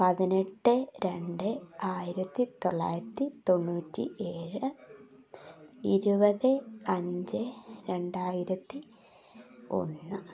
പതിനെട്ട് രണ്ട് ആയിരത്തി തൊള്ളായിരത്തി തൊണ്ണൂറ്റി ഏഴ് ഇരുപത് അഞ്ച് രണ്ടായിരത്തി ഒന്ന്